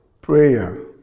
prayer